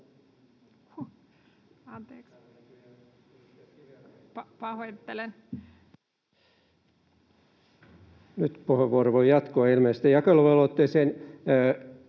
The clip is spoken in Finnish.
Nyt puheenvuoro voi jatkua ilmeisesti? — Jakeluvelvoitteeseen